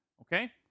Okay